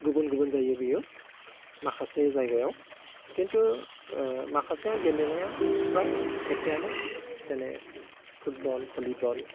गुबुन गुबुन जायो बियाव माखासे जायगायाव खिन्थु माखासेया गेलेनाया फ्राय एकेआनो जेने फुटबल भलिबल